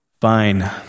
fine